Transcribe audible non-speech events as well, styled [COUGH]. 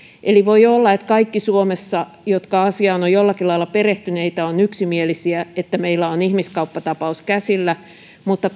eli voi olla että suomessa kaikki jotka asiaan ovat jollakin lailla perehtyneitä ovat yksimielisiä että meillä on ihmiskauppatapaus käsillä mutta [UNINTELLIGIBLE]